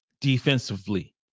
defensively